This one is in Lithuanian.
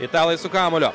italai su kamuoliu